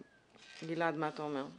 גלעד, מה אתה אומר?